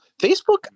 Facebook